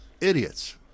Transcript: idiots